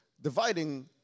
dividing